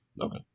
Okay